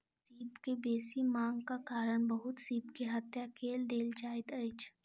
सीपक बेसी मांगक कारण बहुत सीप के हत्या कय देल जाइत अछि